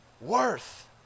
worth